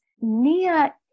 Nia